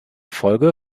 folge